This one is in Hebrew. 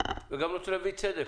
ואנחנו גם רוצים להביא צדק.